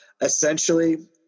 essentially